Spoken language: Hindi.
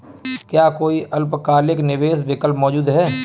क्या कोई अल्पकालिक निवेश विकल्प मौजूद है?